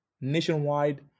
nationwide